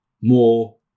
more